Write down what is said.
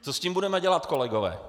Co s tím budeme dělat, kolegové?